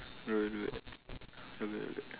not bad not bad